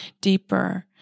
deeper